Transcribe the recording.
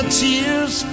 tears